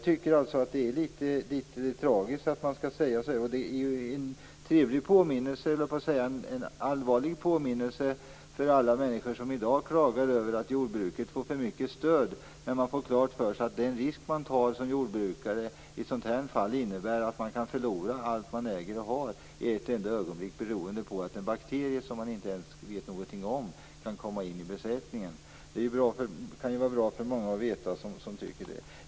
Det är tragiskt att det skall bli så här. Det är en allvarlig påminnelse för alla människor som i dag klagar över att jordbruket får för mycket stöd när de får klart för sig att den risk som jordbrukare tar i ett sådant här fall innebär att man kan förlora allt man äger och har på ett enda ögonblick, beroende på att en bakterie som man inte ens vet någonting om kan komma in i besättningen. Det kan vara bra att veta det för dem som tycker så.